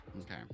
Okay